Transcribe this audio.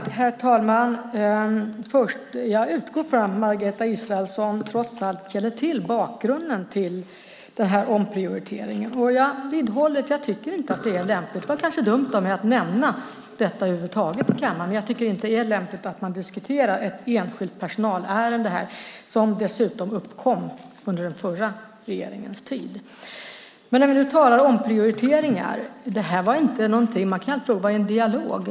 Herr talman! Jag utgår från att Margareta Israelsson trots allt känner till bakgrunden till omprioriteringen. Jag vidhåller att det inte är lämpligt att man här diskuterar ett enskilt personalärende som dessutom uppkom under den förra regeringens tid. Det var kanske dumt av mig att nämna detta över huvud taget i kammaren. Men när vi nu talar om omprioriteringar: Det här var inte någonting man kan tro var en dialog.